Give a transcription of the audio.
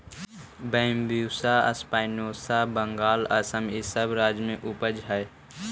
Bambusa spinosa Bengal, Assam इ सब राज्य में उपजऽ हई